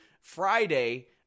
Friday